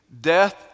Death